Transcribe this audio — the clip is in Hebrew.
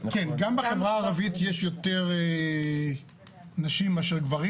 כן, גם בחברה הערבית יש יותר נשים מאשר גברים.